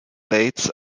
bates